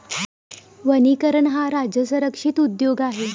वनीकरण हा राज्य संरक्षित उद्योग आहे